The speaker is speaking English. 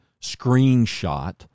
screenshot